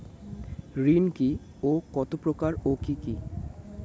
ঋণ কি ও কত প্রকার ও কি কি?